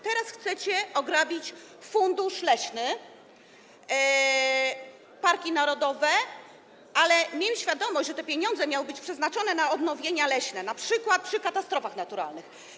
Teraz chcecie ograbić fundusz leśny, parki narodowe, ale miejmy świadomość, że te pieniądze miały być przeznaczone na odnowienia leśne, np. w przypadku katastrof naturalnych.